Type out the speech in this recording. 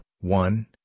one